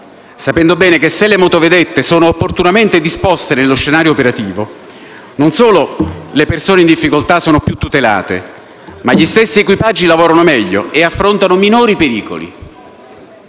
sapendo bene che, se le motovedette sono opportunamente disposte nello scenario operativo, non solo le persone in difficoltà sono più tutelate, ma gli stessi equipaggi lavorano meglio e affrontano minori pericoli.